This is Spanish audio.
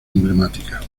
emblemática